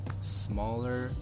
smaller